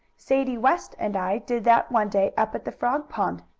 sadie west and i did that one day up at the frog pond.